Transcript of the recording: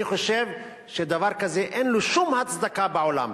אני חושב שלדבר כזה אין שום הצדקה בעולם.